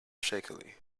shakily